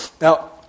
Now